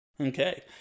Okay